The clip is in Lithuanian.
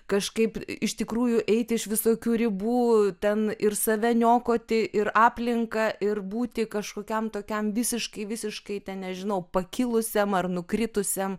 kažkaip iš tikrųjų eiti iš visokių ribų ten ir save niokoti ir aplinką ir būti kažkokiam tokiam visiškai visiškai nežinau pakilusiam ar nukritusiam